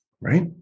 right